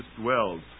dwells